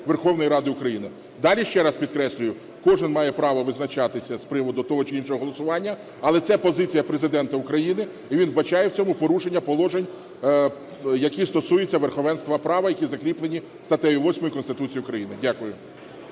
Верховної Ради України. Далі, ще раз підкреслюю, кожен має право визначатися з приводу того чи іншого голосування, але це позиція Президента України і він вбачає в цьому порушення положень, які стосуються верховенства права, які закріплені статтею 8 Конституції України. Дякую.